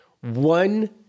one